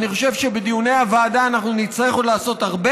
אני חושב שבדיוני הוועדה נצטרך עוד לעשות הרבה